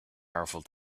powerful